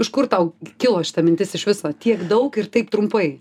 iš kur tau kilo šita mintis iš viso tiek daug ir taip trumpai